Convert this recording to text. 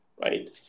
right